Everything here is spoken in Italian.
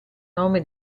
nome